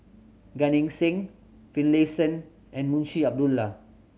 Gan Eng Seng Finlayson and Munshi Abdullah